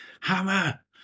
Hammer